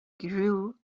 grew